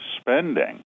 spending